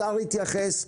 השר התייחס.